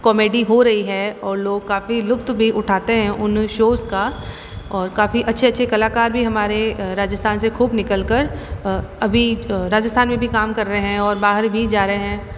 comedy हो रही है और लोग काफ़ी लुत्फ़ भी उठाते हैं उन शोज़ का और काफ़ी अच्छे अच्छे कलाकार भी हमारे राजस्थान से खूब निकल कर अभी राजस्थान में भी काम कर रहे हैं और बाहर भी जा रहे हैं